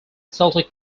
celtic